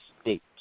state